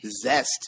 zest